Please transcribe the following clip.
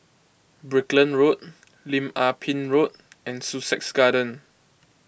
Brickland Road Lim Ah Pin Road and Sussex Garden